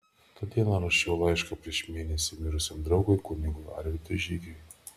tą dieną rašiau laišką prieš mėnesį mirusiam draugui kunigui arvydui žygui